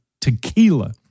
tequila